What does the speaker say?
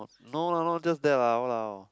no lah not just that lah !walao!